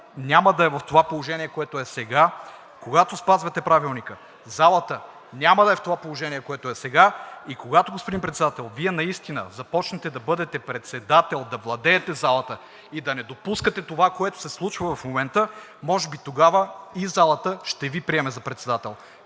няма да е в това положение, в което е сега. Когато спазвате Правилника, залата няма да е в това положение, в което е сега, и когато, господин Председател, Вие наистина започнете да бъдете председател да владеете залата и да не допускате това, което се случва в момента, може би в момента и залата ще ви приеме за председател.